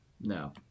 No